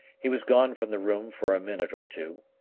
he was gone from the room for a minute or two.